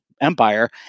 Empire